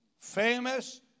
Famous